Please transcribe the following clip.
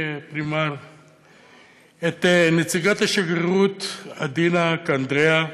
את נציגת השגרירות אדינה קנדראה.